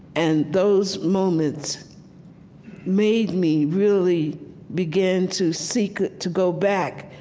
and those moments made me really begin to seek to go back,